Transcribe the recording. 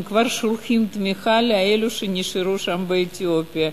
הם כבר שולחים תמיכה לאלו שנשארו שם באתיופיה.